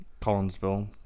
Collinsville